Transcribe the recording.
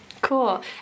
Cool